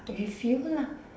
with him lah